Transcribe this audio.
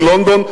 מלונדון,